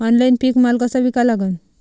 Online पीक माल कसा विका लागन?